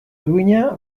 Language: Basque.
duina